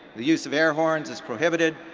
the use of air horns is prohibited,